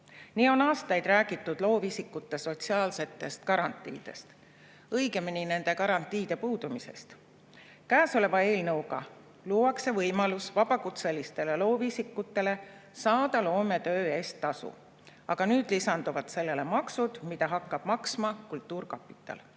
Nii on aastaid räägitud loovisikute sotsiaalsetest garantiidest, õigemini nende garantiide puudumisest. Käesoleva eelnõuga luuakse vabakutselistele loovisikutele võimalus saada loometöö eest tasu, aga nüüd lisanduvad sellele maksud, mida hakkab maksma kultuurkapital.